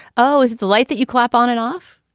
oh, is the light that you clap on and off?